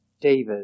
David